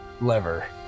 lever